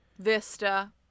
Vista